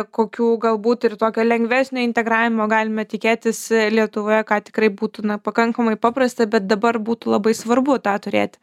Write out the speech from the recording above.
kokių galbūt ir tokio lengvesnio integravimo galime tikėtis lietuvoje ką tikrai būtų na pakankamai paprasta bet dabar būtų labai svarbu tą turėti